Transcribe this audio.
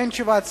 אין תשובת שר.